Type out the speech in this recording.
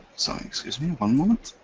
sorry excuse me one moment,